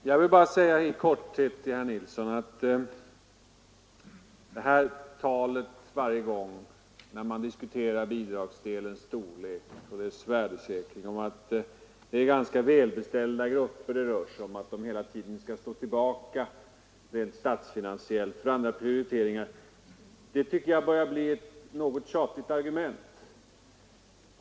Herr talman! Jag vill bara säga i korthet till herr Nilsson i Kristianstad att det här talet, varje gång man diskuterar bidragsdelens storlek och dess värdesäkring, om att det är ganska välbeställda grupper det rör sig om och att detta hela tiden skall stå tillbaka rent statsfinansiellt för andra prioriteringar börjar bli ett något tjatigt argument.